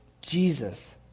Jesus